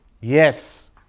Yes